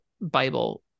Bible